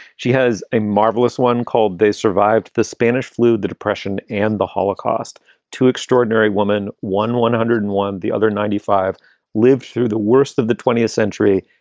she has a marvelous one called they survived the spanish flu, the depression and the holocaust to extraordinary woman one one hundred and one. the other ninety five lived through the worst of the twentieth century.